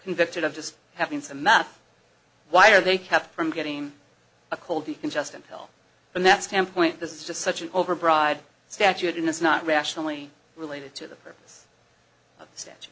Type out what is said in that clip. convicted of just having some math why are they kept from getting a cold decongestant hell from that standpoint this is just such an overbroad statute in this not rationally related to the